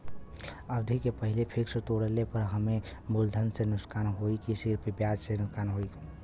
अवधि के पहिले फिक्स तोड़ले पर हम्मे मुलधन से नुकसान होयी की सिर्फ ब्याज से नुकसान होयी?